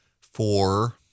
four